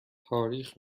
تاریخ